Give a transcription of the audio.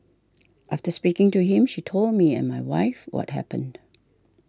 after speaking to him she told me and my wife what happened